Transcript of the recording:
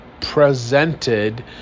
presented